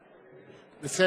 אנחנו,